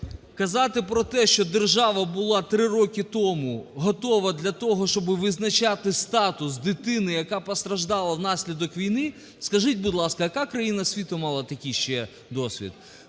казати про те, що держава була три роки тому готова для того, щоб визначати статус дитини, яка постраждала внаслідок війни, скажіть, будь ласка, яка країна світу мала такий ще досвід?